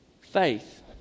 faith